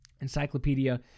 Encyclopedia